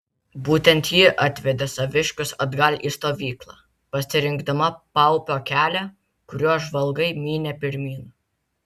būtent ji atvedė saviškius atgal į stovyklą pasirinkdama paupio kelią kuriuo žvalgai mynė pirmyn